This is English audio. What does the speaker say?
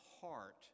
heart